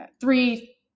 Three